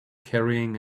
carrying